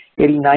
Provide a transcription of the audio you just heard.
89%